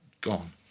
Gone